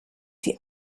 die